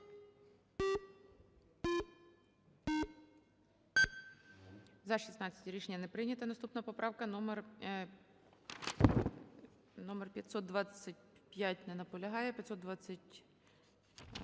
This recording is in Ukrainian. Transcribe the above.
За-16 Рішення не прийнято. Наступна поправка номер 525. Не наполягає.